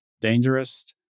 dangerous